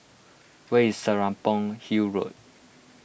where is Serapong Hill Road